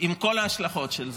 עם כל ההשלכות של זה,